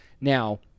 Now